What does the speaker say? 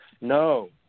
no